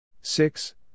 Six